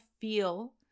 feel